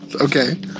Okay